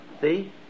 See